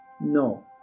No